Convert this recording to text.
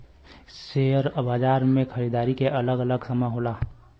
share बाजार मे खरीदारी के अलग अलग समय होला